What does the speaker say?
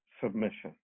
submission